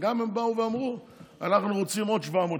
וגם הם באו ואמרו: אנחנו רוצים עוד 700 שקלים.